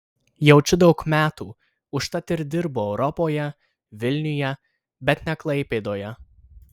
jaučiu daug metų užtat ir dirbu europoje vilniuje bet ne klaipėdoje